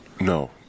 No